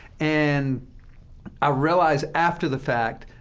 and i realize, after the fact,